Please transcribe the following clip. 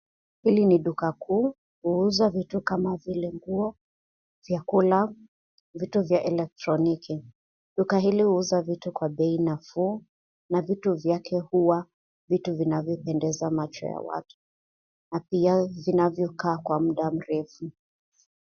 Hili ni duka kuu, uuza vitu kama vile nguo, vyakula, vitu vya kielektroniki. Duka hili uuza vitu kwa bei nafuu na vitu vyake huwa vitu vinavyopendeza macho ya watu na pia vinavyokaa kwa mda mrefu.